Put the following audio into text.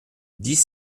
dix